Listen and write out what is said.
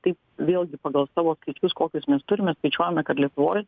tai vėlgi pagal savo skaičius kokius mes turime skaičiuojame kad lietuvoj